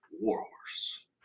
Warhorse